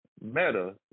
meta